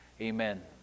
amen